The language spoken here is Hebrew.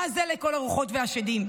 מה זה, לכל הרוחות והשדים?